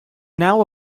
now